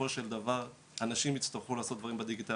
אבל צריך להבין שבסופו של דבר האנשים יצטרכו לעשות דברים בדיגיטל,